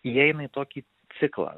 įeina į tokį ciklą